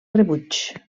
rebuig